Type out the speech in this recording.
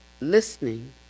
listening